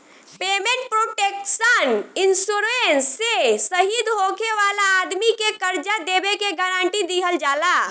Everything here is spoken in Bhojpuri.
पेमेंट प्रोटेक्शन इंश्योरेंस से शहीद होखे वाला आदमी के कर्जा देबे के गारंटी दीहल जाला